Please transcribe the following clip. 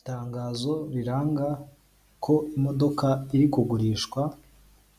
Itangazo riranga ko imodoka iri kugurishwa